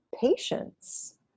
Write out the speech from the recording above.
patience